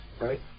right